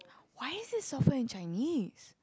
why is this suffer in Chinese